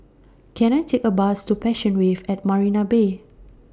Can I Take A Bus to Passion Wave At Marina Bay